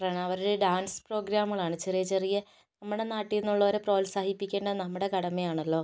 കാരണം അവർടെ ഡാൻസ് പ്രോഗ്രാമുകളാണ് ചെറിയ ചെറിയ നമ്മുടെ നാട്ടിൽ നിന്നുള്ളവരെ പ്രോത്സാഹിപ്പിക്കേണ്ടത് നമ്മുടെ കടമയാണല്ലോ